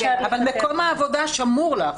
מקום העבודה שמור לה.